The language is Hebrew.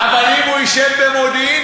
אבל אם הוא ישב במודיעין,